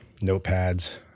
notepads